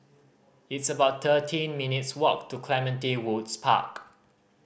it's about thirteen minutes' walk to Clementi Woods Park